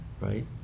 right